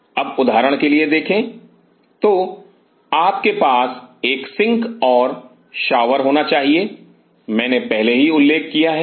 अब उदाहरण के लिए देखें तो आपके पास एक सिंक और शॉवर होना चाहिए मैंने पहले ही उल्लेख किया है